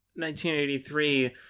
1983